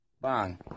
Bang